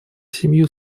семью